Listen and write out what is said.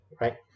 right